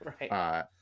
right